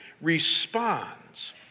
responds